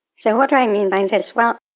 so what do i mean by and this? well,